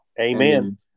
Amen